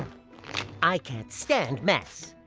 i can't stand mess.